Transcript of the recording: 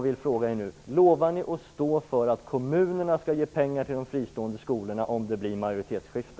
Lovar ni att stå för att kommunerna skall ge pengar till de fristående skolorna om det blir ett majoritetsskifte?